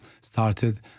started